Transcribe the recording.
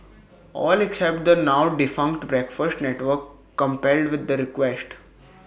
all except the now defunct breakfast network complied with the request